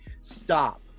Stop